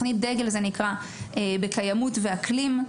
תוכנית דגל בקיימות ואקלים.